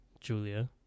julia